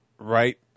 right